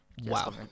Wow